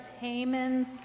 Haman's